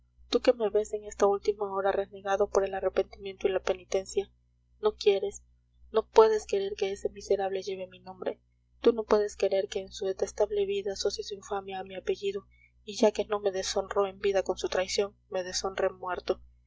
tú que me ves en esta última hora renegado por el arrepentimiento y la penitencia no quieres no puedes querer que ese miserable lleve mi nombre tú no puedes querer que en su detestable vida asocie su infamia a mi apellido y ya que no me deshonró en vida con su traición me deshonre muerto